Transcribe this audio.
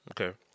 Okay